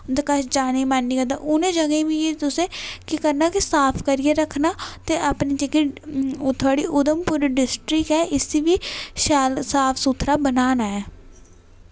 उंदे कश जाने दी मन निं करदा उनें जगहे गी बी तुसे केह् करना कि साफ करिये रखना ते अपनी जेह्की ओह् थुआड़ी उदमपुर डिस्टिक्ट ऐ इस्सी बी शेल साफ सुथरा बनाना ऐ